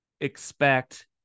expect